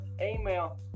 email